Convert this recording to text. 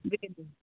जी